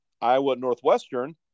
Iowa-Northwestern